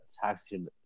taxi